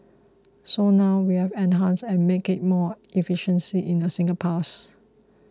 so now we have enhanced and made it more efficient in a single pass